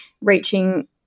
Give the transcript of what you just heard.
reaching